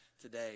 today